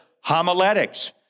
homiletics